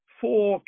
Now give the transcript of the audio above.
four